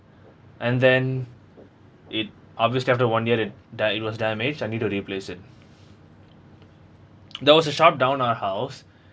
and then it obviously after one year it dam~ it was damaged I need to replace it there was a shop down our house